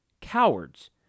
Cowards